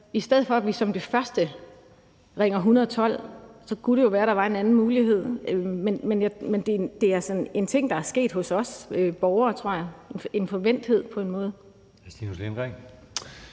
I stedet for at vi ringer 112 som det første, kunne det jo være, at der var en anden mulighed. Men det er altså en ting, der er sket hos os borgere, tror jeg – vi er på en måde blevet forvænte.